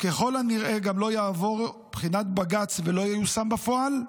וככל הנראה גם לא יעבור בחינת בג"ץ ולא ייושם בפועל,